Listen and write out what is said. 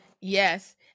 Yes